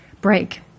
break